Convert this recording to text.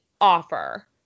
offer